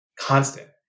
constant